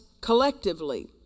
collectively